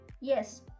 yes